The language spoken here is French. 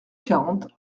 quarante